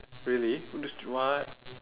really ju~ what